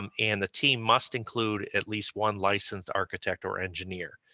um and the team must include at least one licensed architect or engineer.